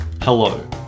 Hello